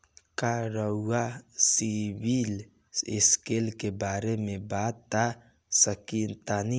का रउआ CIBIL score के बारे में बता सकतानी?